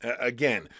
again